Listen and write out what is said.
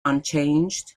unchanged